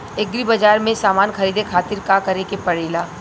Agri बाज़ार से समान ख़रीदे खातिर का करे के पड़ेला?